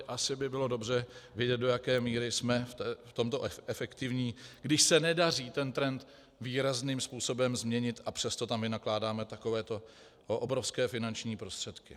Asi by bylo dobře vědět, do jaké míry jsme v tomto efektivní, když se nedaří trend výrazným způsobem změnit, a přesto tam vynakládáme takovéto obrovské finanční prostředky.